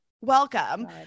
welcome